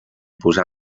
posar